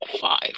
five